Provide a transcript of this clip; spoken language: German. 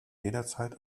jederzeit